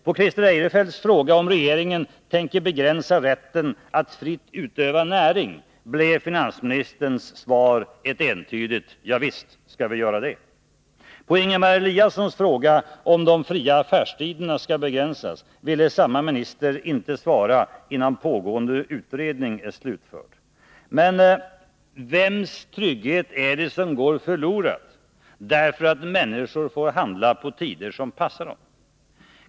På Christer Eirefelts fråga, om regeringen tänker begränsa rätten att fritt utöva näring, blev finansministerns svar entydigt: Javisst skall vi göra det. På Ingemar Eliassons fråga, om de fria affärstiderna skall begränsas, ville samme minister inte svara innan pågående utredning är slutförd. Men vems trygghet är det som går förlorad därför att människor får handla på tider som passar dem?